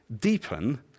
deepen